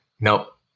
nope